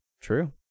True